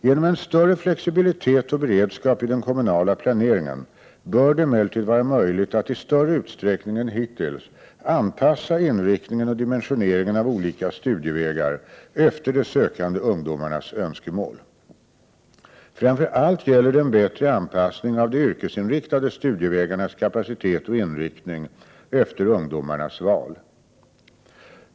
Genom en större flexibilitet och beredskap i den kommunala planeringen bör det emellertid vara möjligt att i större utsträckning än hittills anpassa inriktningen och dimensioneringen av olika studievägar efter de sökande ungdomarnas önskemål. Framför allt gäller det en bättre anpassning av de yrkesinriktade studievägarnas kapacitet och inriktning efter ungdomarnas val.